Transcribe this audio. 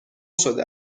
شده